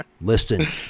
listen